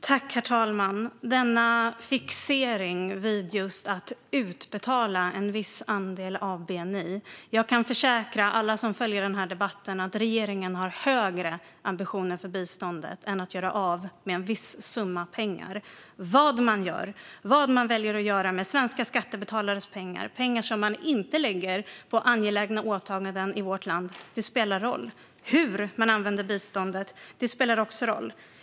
Herr talman! Denna fixering vid just att utbetala en viss andel av bni. Jag kan försäkra alla som följer debatten att regeringen har högre ambitioner för biståndet än att göra av med en viss summa pengar. Vad man väljer att göra med svenska skattebetalares pengar, som inte läggs på angelägna åtaganden i vårt land, spelar roll. Hur man använder biståndet spelar också roll.